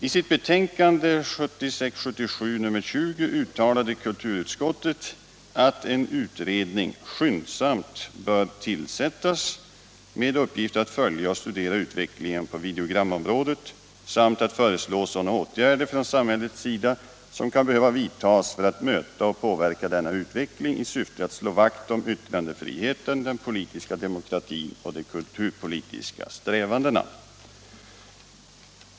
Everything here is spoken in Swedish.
I sitt betänkande 1976/77:20 uttalade kulturutskottet att ”en utredning skyndsamt bör tillsättas med uppgift att följa och studera utvecklingen på videogramområdet samt att föreslå sådana åtgärder från samhällets sida som kan behöva vidtagas för att möta och påverka denna utveckling i syfte att slå vakt om yttrandefriheten, den politiska demokratin och de kulturpolitiska strävandena”.